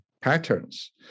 patterns